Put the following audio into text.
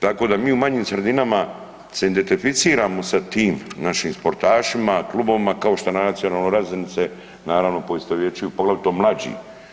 Tako da mi u manjim sredinama se identificiramo sa tim našim sportašima, klubovima, kao što na nacionalnoj razini se naravno poistovjećuju poglavito mlađi.